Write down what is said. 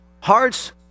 hearts